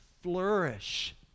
flourish